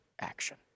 action